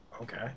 Okay